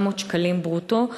3,700 שקלים ברוטו,